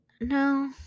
no